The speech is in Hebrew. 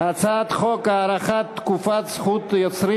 הצעת חוק הארכת תקופת זכות יוצרים